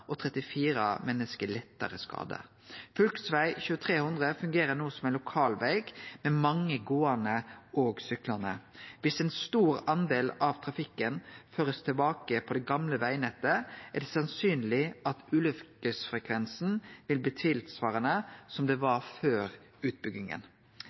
og 34 menneske lettare skada. Fylkesveg 2300 fungerer no som ein lokalveg, med mange gåande og syklande. Viss ein stor del av trafikken blir ført tilbake på det gamle vegnettet, er det sannsynleg at ulykkesfrekvensen vil bli tilsvarande det han var før utbygginga. Rentenivået, som